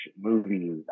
movies